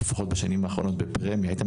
או לפחות בשנים האחרונות בפרמיה,